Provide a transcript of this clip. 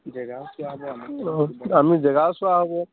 জেগাও চোৱা হ'ব আমি জেগাও চোৱা হ'ব